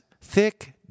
thick